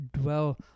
dwell